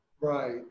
Right